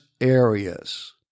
areas